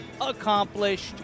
Accomplished